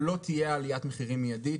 אבל לא תהיה עליית מחירים מידית,